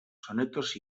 sonetos